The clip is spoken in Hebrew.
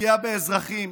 פגיעה באזרחים,